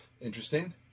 Interesting